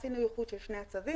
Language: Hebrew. עשינו איחוד של שני הצווים.